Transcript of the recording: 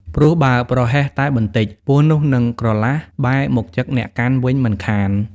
ព្រោះបើប្រហែសតែបន្តិច ពស់នោះនឹងក្រឡាស់បែរមកចឹកអ្នកកាន់វិញមិនខាន ។